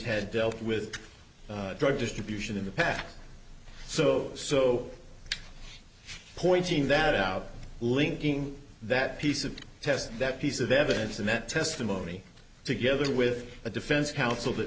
dealt with drug distribution in the past so so pointing that out linking that piece of test that piece of evidence and that testimony together with a defense counsel that